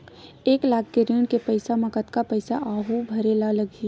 एक लाख के ऋण के पईसा म कतका पईसा आऊ भरे ला लगही?